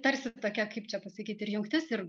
tarsi tokia kaip čia pasakyti ir jungtis ir